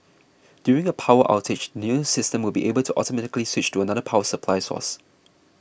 during a power outage the new system will be able to automatically switch to another power supply source